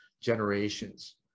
generations